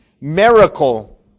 miracle